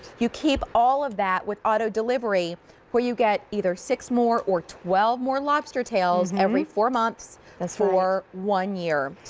you keep all of that with auto delivery where you get either six more or twelve more lobster tails every four months for one year.